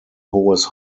hohes